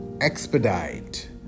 expedite